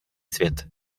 svět